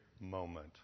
moment